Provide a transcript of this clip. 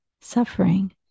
suffering